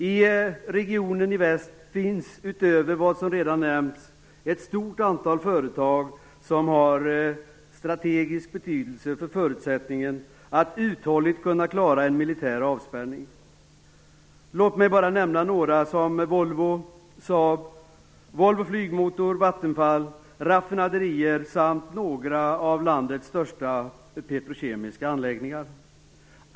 I regionen Väst finns utöver vad som redan nämnts ett stort antal företag som har stor strategisk betydelse för förutsättningen att uthålligt kunna klara en militär avspärrning. Låt mig bara nämna några företag: Volvo, Saab, Volvo Flygmotor, Vattenfall, raffinaderier samt några av landets största petrokemiska anläggningar.